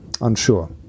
unsure